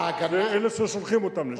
אלה ששולחים אותם לשם,